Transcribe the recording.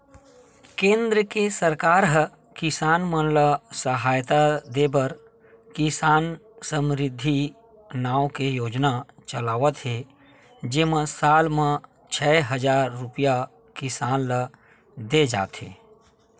केंद्र के सरकार ह किसान मन ल सहायता देबर किसान समरिद्धि नाव के योजना चलावत हे जेमा साल म छै हजार रूपिया किसान ल दे जाथे